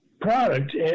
product